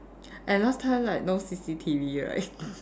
and last time like no C_C_T_V right